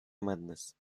madness